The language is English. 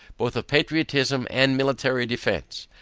both of patriotism and military defence.